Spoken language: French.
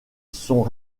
sont